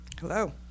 Hello